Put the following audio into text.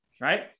right